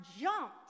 jumped